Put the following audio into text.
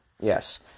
Yes